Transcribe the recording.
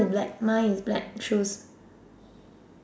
black mine is black shoes